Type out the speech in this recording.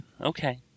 okay